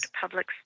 public